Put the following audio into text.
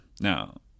Now